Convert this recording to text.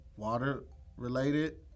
Water-related